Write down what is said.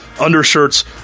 undershirts